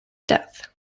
death